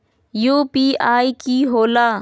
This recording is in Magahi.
यू.पी.आई कि होला?